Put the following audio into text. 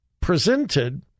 presented